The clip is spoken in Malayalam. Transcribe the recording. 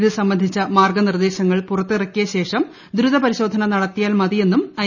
ഇത് സംബന്ധിച്ച മാർഗ്ഗനിർദ്ദേശങ്ങൾ പുറത്തിറക്കിയ ശേഷം ദ്രുത പരിശോധന നടത്തിയാൽ മതിയെന്നും ഐ